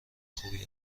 خوبی